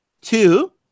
Two